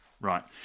Right